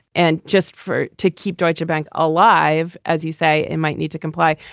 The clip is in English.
and just for to keep deutschebank alive, as you say, it might need to comply.